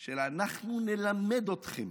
של: אנחנו נלמד אתכם,